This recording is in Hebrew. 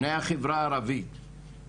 בני החברה הערבית,